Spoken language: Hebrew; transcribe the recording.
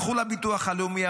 הלכו לביטוח הלאומי,